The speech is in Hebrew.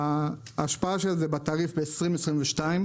ההשפעה של זה בתעריף ב-2022,